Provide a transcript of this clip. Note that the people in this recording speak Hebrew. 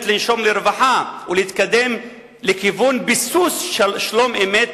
לנשום לרווחה ולהתקדם לכיוון ביסוס שלום-אמת